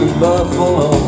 buffalo